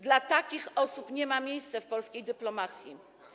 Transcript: Dla takich osób nie ma miejsca w polskiej dyplomacji.